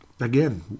again